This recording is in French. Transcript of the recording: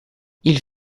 ils